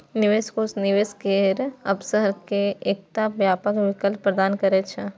निवेश कोष निवेश केर अवसर के एकटा व्यापक विकल्प प्रदान करै छै